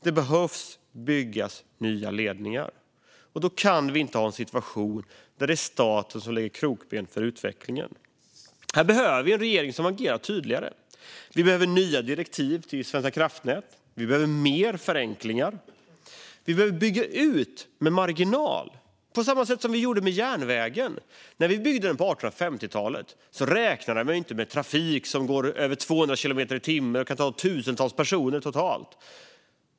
Det behöver byggas nya ledningar, och då kan vi inte ha en situation där det är staten som lägger krokben för utvecklingen. Här behöver vi en regering som agerar tydligare. Vi behöver nya direktiv till Svenska kraftnät. Vi behöver mer förenkling. Vi behöver bygga ut med marginal på samma sätt som man gjorde med järnvägen. När man byggde den på 1850-talet räknade man ju inte med trafik som går i över 200 kilometer i timmen och kan ta tusentals personer totalt.